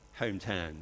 hometown